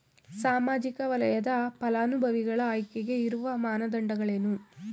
ಸಾಮಾಜಿಕ ವಲಯದ ಫಲಾನುಭವಿಗಳ ಆಯ್ಕೆಗೆ ಇರುವ ಮಾನದಂಡಗಳೇನು?